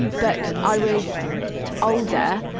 but, i was older.